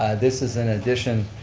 this is in addition.